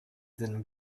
than